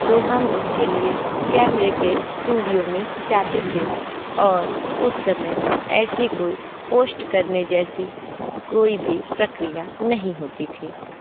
तो हम उसके लिए कैमरे के स्टूडियो में जाते थे और उसे समय ऐसी कोई पोस्ट करने जैसी कोई भी प्रक्रिया नहीं होती थी